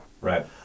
Right